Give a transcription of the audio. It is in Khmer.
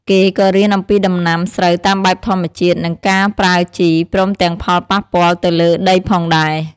គេក៏រៀនអំពីដំណាំស្រូវតាមបែបធម្មជាតិ និងការប្រើជី ព្រមទាំងផលប៉ះពាល់ទៅលើដីផងដែរ។